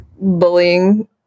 bullying